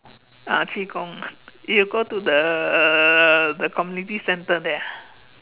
ah qigong you go to the the community centre there